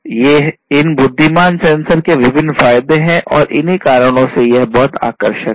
ये इन बुद्धिमान सेंसर के विभिन्न फायदे हैं और इन्हीं कारणों से यह बहुत आकर्षक है